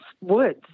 woods